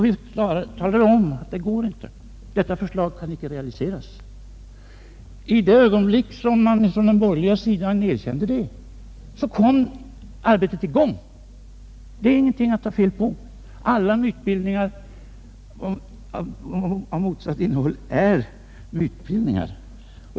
Vi talade om att det var ett omöjligt förslag - det gick icke att realisera. I samma ögonblick som man från den borgerliga sidan erkände det kom arbetet i gång. Det är ingenting att ta fel på; alla påstäenden med motsatt innehåll är mytbildningar.